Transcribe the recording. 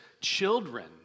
children